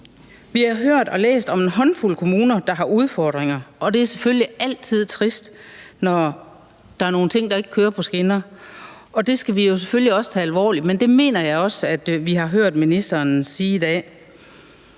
vi har hørt og læst om en håndfuld kommuner, der har udfordringer, og det er selvfølgelig altid trist, når der er nogle ting, der ikke kører på skinner, og det skal vi jo selvfølgelig også tage alvorligt. Men det mener jeg også at vi har hørt ministeren sige i dag.